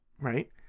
Right